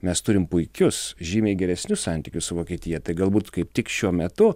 mes turim puikius žymiai geresnius santykius su vokietija tai galbūt kaip tik šiuo metu